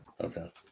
Okay